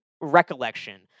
recollection